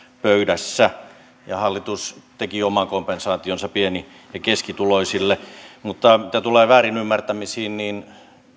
pöydässä ja hallitus teki oman kompensaationsa pieni ja keskituloisille mutta mitä tulee väärinymmärtämisiin niin